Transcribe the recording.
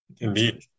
Indeed